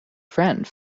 friend